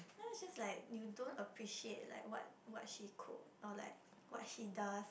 no is just like you don't appreciate like what what she cook or like what she does